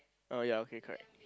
oh ya okay correct